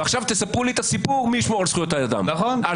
ועכשיו תספרו לי את הסיפור מי ישמור על זכויות האדם והאזרח.